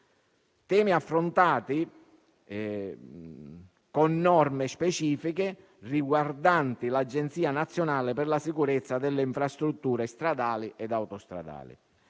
affrontati con norme specifiche riguardanti l'Agenzia nazionale per la sicurezza delle infrastrutture stradali ed autostradali.